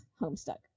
Homestuck